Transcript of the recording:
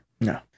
No